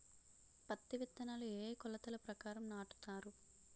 పత్తి విత్తనాలు ఏ ఏ కొలతల ప్రకారం నాటుతారు?